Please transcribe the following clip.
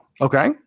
Okay